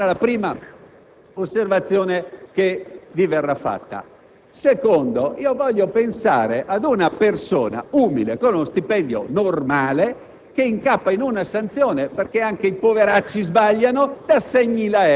retribuzioni da parlamentare. Questa sarà probabilmente la prima osservazione che vi verrà fatta. In secondo luogo, voglio pensare ad una persona umile con uno stipendio normale